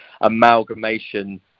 amalgamation